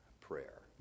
prayer